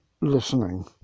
listening